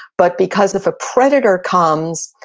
but because if a predator comes,